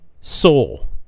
soul